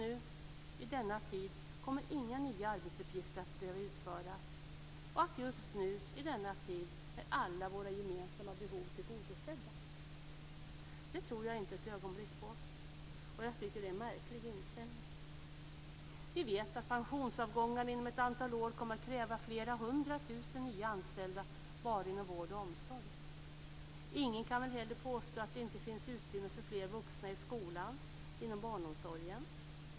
Just i denna tid kommer inga nya arbetsuppgifter att behöva utföras. Just nu i denna tid är alla våra gemensamma behov tillgodosedda. Det tror jag inte ett ögonblick på. Jag tycker att det är en märklig inställning. Vi vet att pensionsavgångarna inom ett antal år kommer att kräva flera hundratusen nya anställda bara inom vård och omsorg. Ingen kan väl heller påstå att det inte finns utrymme för fler vuxna i skolan eller inom barnomsorgen.